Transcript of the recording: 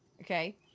Okay